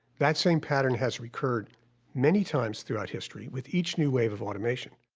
that same pattern has recurred many times throughout history, with each new wave of automation.